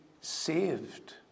saved